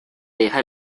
deja